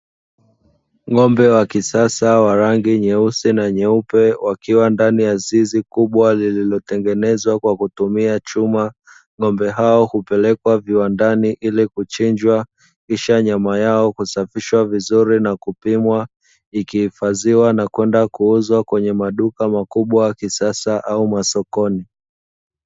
Ng'ombe wa kisasa wa rangi nyeusi na nyeupe, wakiwa ndani ya zizi kubwa lililotengenezwa kwa kutumia chuma. Ng'ombe hao hupelekwa viwandani ili kuchinjwa, kisha nyama yao kusafishwa vizuri na kupima, ikihifadhia na kwenda kuuzwa kwenye maduka makubwa ya kisasa au masokoni.